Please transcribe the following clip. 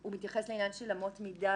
הוא מתייחס לעניין אמות מידה